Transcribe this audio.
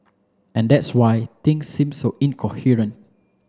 and that's why things seem so incoherent